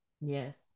yes